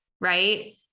Right